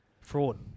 Fraud